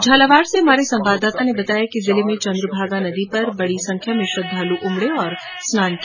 झालावाड़ से हमारे संवाददाता ने बताया कि जिले में चन्द्रभागा नदी पर बड़ी संख्या में श्रद्धालु उमड़े और पवित्र स्नान किया